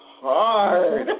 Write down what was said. hard